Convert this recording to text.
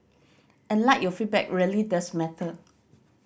and like your feedback really does matter